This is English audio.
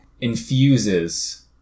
infuses